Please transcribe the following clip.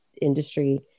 industry